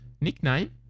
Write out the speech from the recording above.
Nickname